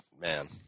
man